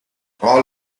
all